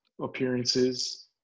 appearances